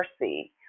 mercy